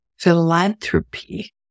Philanthropy